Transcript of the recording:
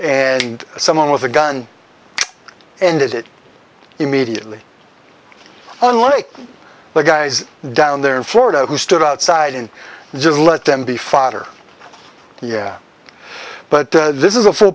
and someone with a gun and it immediately unlike the guys down there in florida who stood outside and just let them be fodder yeah but this is a